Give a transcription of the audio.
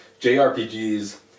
JRPGs